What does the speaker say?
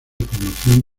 formación